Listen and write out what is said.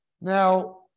Now